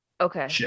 Okay